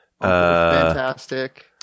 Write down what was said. Fantastic